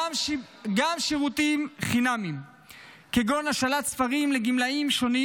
גם שירותים חינמיים כגון השאלת ספרים לגמלאים שונים